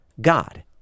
God